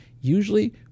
usually